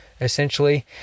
essentially